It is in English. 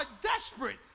desperate